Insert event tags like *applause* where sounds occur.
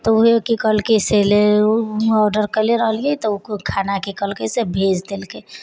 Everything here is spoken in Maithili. तऽ उहे की कहलकै से *unintelligible* ओ खाना की कलकै से भेज देलकै